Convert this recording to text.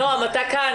נועם אתה כאן,